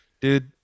dude